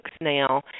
now